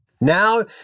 Now